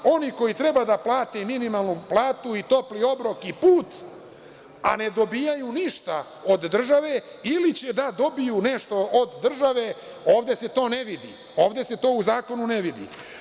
Oni koji treba da plate minimalnu platu i topli obrok i put ne dobijaju ništa od države ili će dobiti nešto od države, ovde se to u zakonu ne vidi.